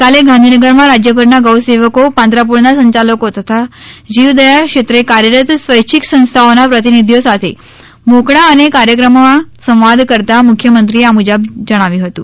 ગઈકાલે ગાંધીનગરમાં રાજ્યભરના ગૌસેવકોક પાંજરાપોળના સંચાલકો તથા જીવદયા ક્ષેત્રે કાર્યરત સ્વૈચ્છિક સંસ્થાઓના પ્રતિનિધીઓ સાથે મોકળા મને કાર્યક્રમમાં સંવાદ કરતા મુખ્યમંત્રીએ આ મુજબ જણાવ્યું હતુ